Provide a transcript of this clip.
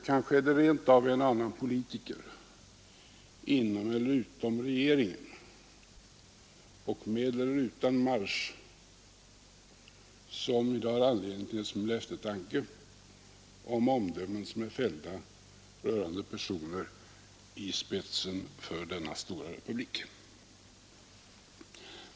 Kanske är det rent av en och annan politiker inom eller utom regeringen och med eller utan marsch, som i dag har anledning till en smula eftertanke om omdömen som är fällda rörande personer i spetsen för denna stora republik.